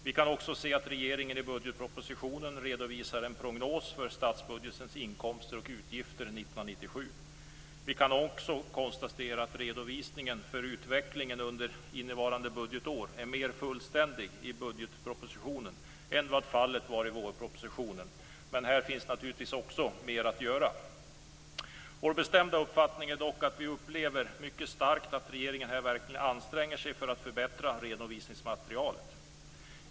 Vi kan också se att regeringen i budgetpropositionen redovisar en prognos för statsbudgetens inkomster och utgifter 1997. Vi kan konstatera att redovisningen för utvecklingen under innevarande budgetår är mer fullständig i budgetpropositionen än vad fallet var i vårpropositionen, men här finns naturligtvis också mer att göra. Vår mycket bestämda uppfattning är dock att regeringen här verkligen anstränger sig för att förbättra redovisningsmaterialet.